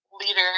leader